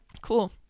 Cool